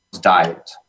diet